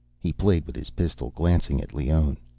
he played with his pistol, glancing at leone.